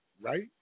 right